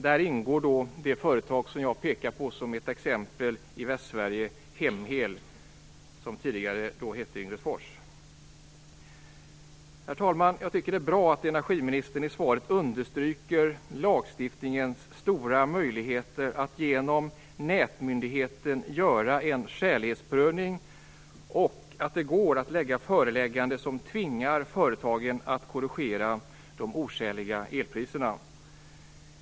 Där ingår det företag i västsverige, Hem-El, som jag har pekat på som ett exempel. Det hette tidigare Herr talman! Jag tycker att det är bra att energiministern i svaret understryker lagstiftningens stora möjligheter att genom nätmyndigheten göra en skälighetsprövning. Det är också bra att det går att göra förelägganden som tvingar företagen att korrigera de oskäliga elpriserna.